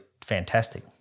fantastic